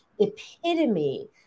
epitome